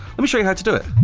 let me show you how to do it.